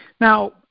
Now